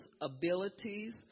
abilities